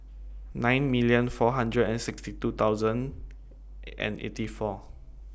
nine million four hundred and sixty two thousand and eighty four